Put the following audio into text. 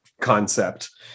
concept